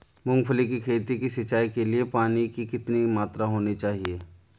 मूंगफली की खेती की सिंचाई के लिए पानी की कितनी मात्रा होनी चाहिए?